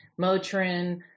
Motrin